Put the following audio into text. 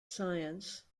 science